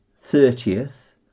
thirtieth